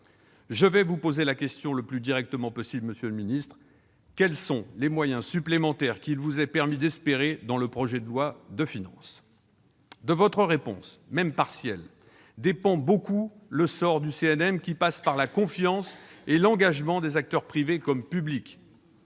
Je vais vous poser la question le plus directement possible, monsieur le ministre : quels moyens supplémentaires vous est-il permis d'espérer dans le cadre du projet de loi de finances ? De votre réponse, même partielle, dépend beaucoup le sort du CNM, qui sera lié à la confiance et à l'engagement des acteurs, privés comme publics.